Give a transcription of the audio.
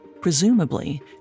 presumably